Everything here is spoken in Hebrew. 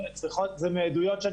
זה מעדויות,